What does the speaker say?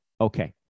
Okay